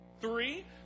Three